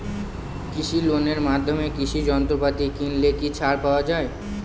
কৃষি লোনের মাধ্যমে কৃষি যন্ত্রপাতি কিনলে কি ছাড় পাওয়া যায়?